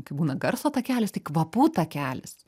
kai būna garso takelis tai kvapų takelis